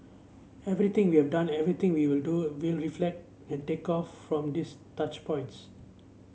everything we have done everything we will do will reflect and take off from these touch points